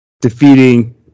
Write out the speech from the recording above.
defeating